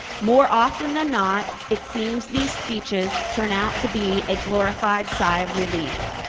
more often then not it seems these speeches turn out to be a glorified sigh of relief.